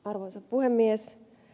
arvoisa puhemies